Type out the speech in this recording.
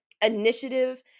initiative